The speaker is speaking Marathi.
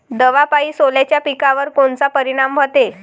दवापायी सोल्याच्या पिकावर कोनचा परिनाम व्हते?